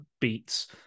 beats